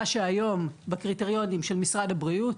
מה שהיום בקריטריונים של משרד הבריאות.